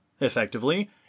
effectively